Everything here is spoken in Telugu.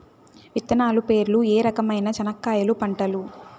విత్తనాలు పేర్లు ఏ రకమైన చెనక్కాయలు పంటలు?